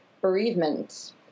bereavement